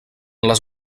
les